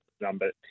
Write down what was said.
number